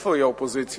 איפה היא, האופוזיציה.